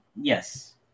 Yes